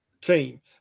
team